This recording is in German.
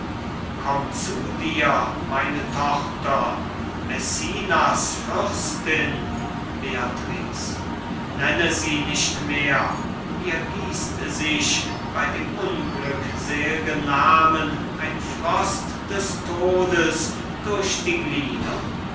komm zu dir meine tochter messinas fürstin beatrice nenne sie nicht mehr mir gießt sich bei dem unglücksel'gen namen ein frost des todes durch die glieder